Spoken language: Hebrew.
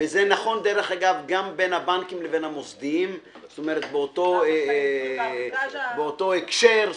זה נכון גם בין הבנקים לבין המוסדיים באותו הקשר.